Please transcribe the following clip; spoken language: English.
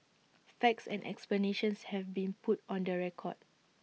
facts and explanations have been put on the record